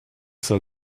cell